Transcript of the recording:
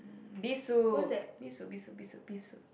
beef soup beef soup beef soup beef soup beef soup